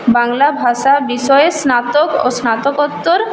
বাংলা ভাষা বিষয়ে স্নাতক ও স্নাতকোত্তর